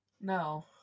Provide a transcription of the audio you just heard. No